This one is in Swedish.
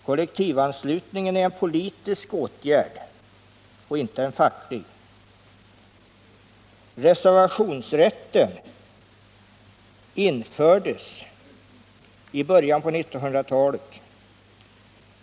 Kollektivanslutningen är en politisk åtgärd och inte en facklig. Reservationsrätten infördes i början på 1900-talet.